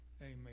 Amen